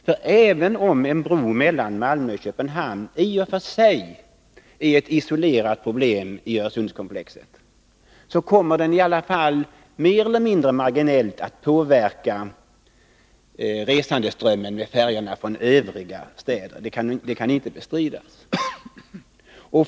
Även om frågan om en bro mellan Malmö och Köpenhamn i och för sig är ett isolerat problem i Öresundskomplexet, kommer den i alla fall mer eller mindre marginellt att påverka resandeströmmen med färjorna från övriga städer. Det kan inte bestridas.